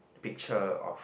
picture of